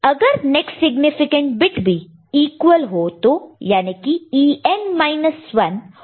अगर next significant bit भी equal हो तो याने की En माइनस 1 और En माइनस 2